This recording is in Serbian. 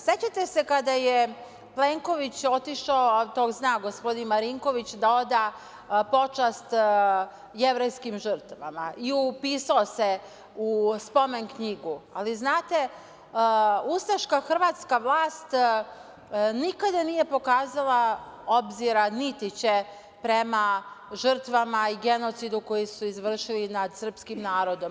Sećate se kada je Plenković otišao, a to zna gospodin Marinković, da oda počast jevrejskim žrtvama i upisao se u spomen knjigu, ali znate, ustaška Hrvatska vlast nikada nije pokazala obzira, niti će, prema žrtvama i genocidu koji su izvršili nad srpskim narodom.